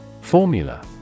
Formula